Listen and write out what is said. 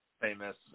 famous